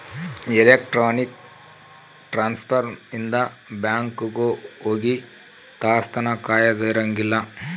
electronic transfer ಇಂದ bank ಹೋಗಿ ತಾಸ್ ತನ ಕಾಯದ ಇರಂಗಿಲ್ಲ